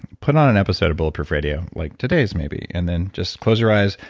put on an episode of bulletproof radio, like today's maybe and then just close your eyes,